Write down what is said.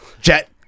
Jet